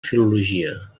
filologia